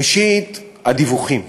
ראשית, הדיווחים.